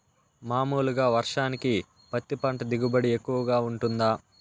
మామూలుగా వర్షానికి పత్తి పంట దిగుబడి ఎక్కువగా గా వుంటుందా?